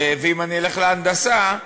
ואם אלך להנדסה,